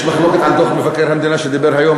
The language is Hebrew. יש מחלוקת על דוח מבקר המדינה שדיבר היום